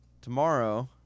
Tomorrow